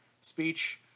speech